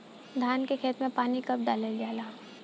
धान के खेत मे पानी कब डालल जा ला?